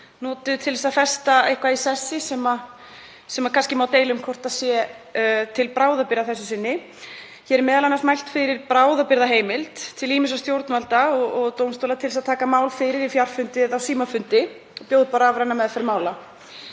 notuð til að festa eitthvað í sessi sem kannski má deila um hvort sé til bráðabirgða að þessu sinni. Hér er m.a. mælt fyrir bráðabirgðaheimild til ýmissa stjórnvalda og dómstóla til að taka mál fyrir á fjarfundi eða á símafundi, bjóða upp á rafræna meðferð mála.